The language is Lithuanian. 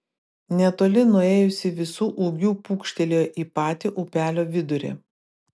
netoli nuėjusi visu ūgiu pūkštelėjo į patį upelio vidurį